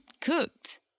cooked